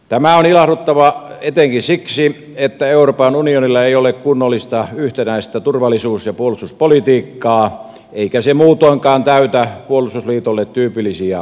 tämä on ilahduttavaa etenkin siksi että euroopan unionilla ei ole kunnollista yhtenäistä turvallisuus ja puolustuspolitiikkaa eikä se muutoinkaan täytä puolustusliitolle tyypillisiä ominaisuuksia